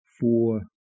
Four